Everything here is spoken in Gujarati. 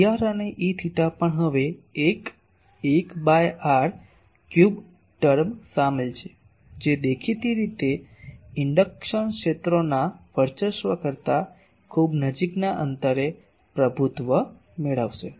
Er અને Eθ પણ હવે 1 1 બાય r ક્યુબ ટર્મ શામેલ છે જે દેખીતી રીતે ઇન્ડક્શન ક્ષેત્રોના વર્ચસ્વ કરતાં ખૂબ નજીકના અંતરે પ્રભુત્વ મેળવશે